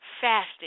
Fasting